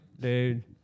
Dude